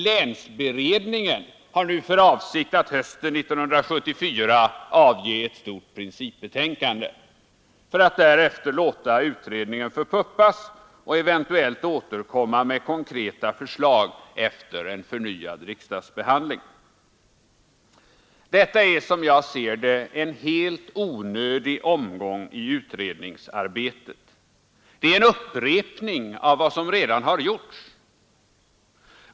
Länsberedningen har nu för avsikt att hösten 1974 avge ett stort principbetänkande, för att därefter låta utredningen förpuppas och eventuellt återkomma med konkreta förslag efter en förnyad riksdagsbehandling. Detta är som jag ser det en helt onödig omgång i utredningsarbetet. Det är en upprepning av vad som redan har gjorts.